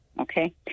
Okay